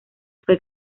fue